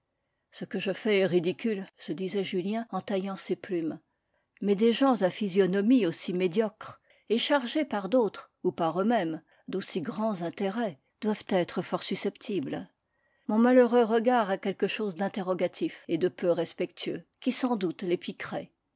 ce que je fais est ridicule se disait julien en taillant ses plumes mais des gens à physionomie aussi médiocre et chargés par d'autres ou par eux-mêmes d'aussi grands intérêts doivent être fort susceptibles mon malheureux regard a quelque chose d'interrogatif et de peu respectueux qui sans doute les